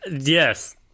yes